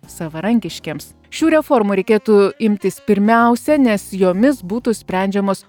savarankiškiems šių reformų reikėtų imtis pirmiausia nes jomis būtų sprendžiamos